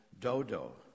Dodo